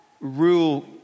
rule